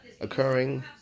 occurring